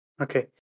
Okay